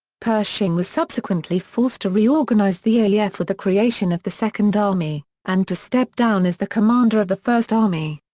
pershing was subsequently forced to reorganize the aef with the creation of the second army, and to step down as the commander of the first army.